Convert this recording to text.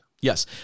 Yes